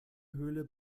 höhle